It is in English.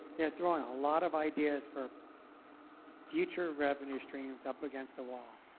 they're throwing a lot of ideas for future revenue streams up against the wall.